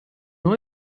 neu